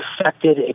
affected